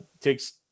takes